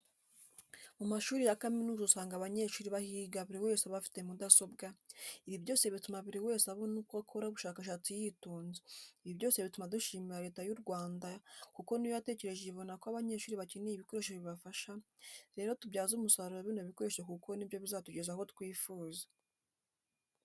Mu mashuri ya kaminuza usanga abanyeshuri bahiga buri wese afite mudasobwa, ibi byose bituma buri wese abona uko akora ubushakashatsi yitonze, ibi byose bituma dushimira Leta y'u Rwanda kuko ni yo yatekereje ibona ko abanyeshuri bakeneye ibikoresho bibafasha, rero ni tubyaze umusaruro bino bikoresho kuko ni byo bizatugeza aho twifuza.